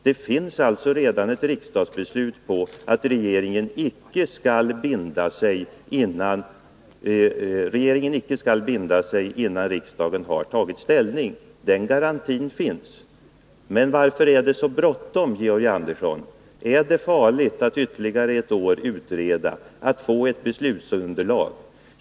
Det finns alltså redan ett riksdagsbeslut på att regeringen icke skall binda sig innan riksdagen har tagit ställning. Den garantin finns. Men varför är det så bråttom, Georg Andersson? Är det farligt att ytterligare ett år utreda, att få ett beslutsunderlag?